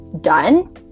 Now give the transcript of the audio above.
done